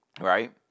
right